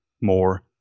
more